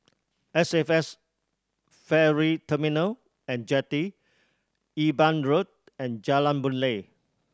S F S Ferry Terminal And Jetty Eben Road and Jalan Boon Lay